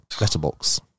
letterbox